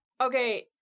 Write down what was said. Okay